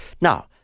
Now